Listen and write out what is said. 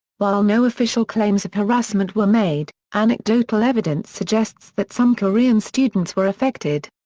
while no official claims of harassment were made, anecdotal evidence suggests that some korean students were affected.